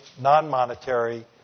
non-monetary